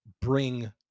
bring